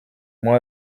moi